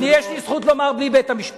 אני, יש לי זכות לומר בלי בית-המשפט.